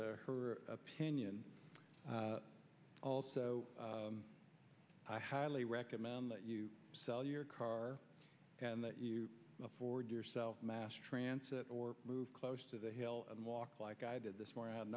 her opinion also i highly recommend that you sell your car and that you afford yourself mass transit or move close to the hill and walk like i did this for i ha